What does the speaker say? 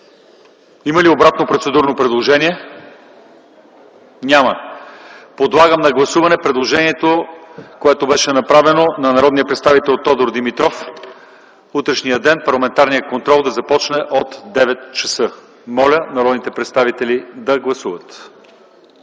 Има ли обратно процедурно предложение? Няма. Подлагам на гласуване предложението, което беше направено, от народния представител Тодор Димитров – в утрешния ден парламентарният контрол да започне от 9,00 ч. Моля народните представители да гласуват.